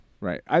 Right